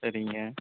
சரிங்க